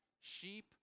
sheep